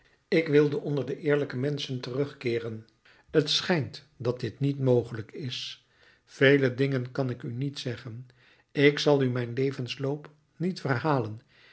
ik wilde onder de eerlijke menschen terugkeeren t schijnt dat dit niet mogelijk is vele dingen kan ik u niet zeggen ik zal u mijn levensloop niet verhalen